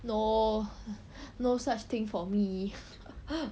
no no such thing for me